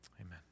Amen